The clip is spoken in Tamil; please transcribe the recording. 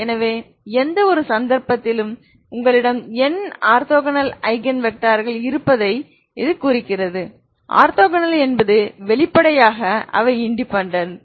எனவே எந்தவொரு சந்தர்ப்பத்திலும் உங்களிடம் n ஆர்த்தோகனல் ஐகன் வெக்டார்கள் இருப்பதைக் குறிக்கிறது ஆர்த்தோகோனல் என்பது வெளிப்படையாக அவை இன்டெபேன்டென்ட்